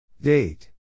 Date